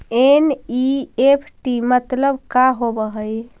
NEFT मतलब का होब हई?